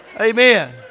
Amen